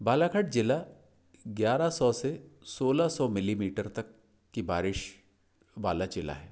बालाघाट जिला ग्यारह सौ से सोलह सौ मिलीमीटर तक की बारिश वाला जिला है